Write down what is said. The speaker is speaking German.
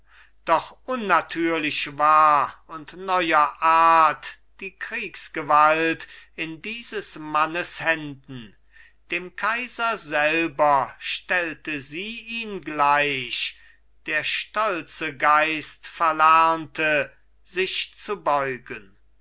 doch unnatürlich war und neuer art die kriegsgewalt in dieses mannes händen dem kaiser selber stellte sie ihn gleich der stolze geist verlernte sich zu beugen